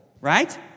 right